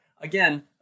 Again